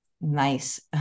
Nice